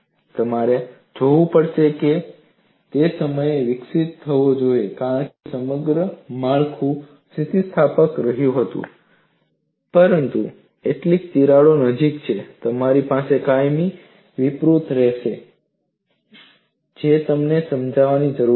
તમારે જોવું પડશે તે સમયે તે વિકસિત થયો હતો કારણ કે સમગ્ર માળખું સ્થિતિસ્થાપક રહ્યું હતું પરંતુ એકલી તિરાડની નજીક તમારી પાસે કાયમી વિરૂપતા હશે જે તેને સમજાવવાની જરૂર છે